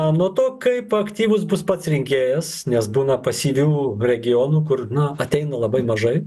a nuo to kaip aktyvus bus pats rinkėjas nes būna pasyvių regionų kur ateina labai mažai